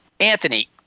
Anthony